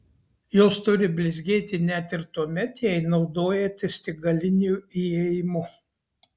jos turi blizgėti net ir tuomet jei naudojatės tik galiniu įėjimu